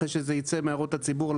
אחרי שזה יצא מהערות הציבור,